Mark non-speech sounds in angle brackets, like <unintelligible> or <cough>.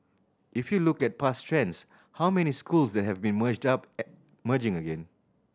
if you look at past trends how many schools that have been merged up <unintelligible> merging again